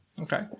Okay